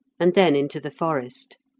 and then into the forest.